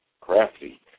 crafty